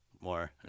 more